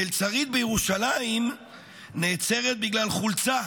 מלצרית בירושלים נעצרת בגלל חולצה